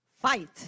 fight